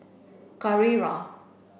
Carrera